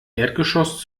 erdgeschoss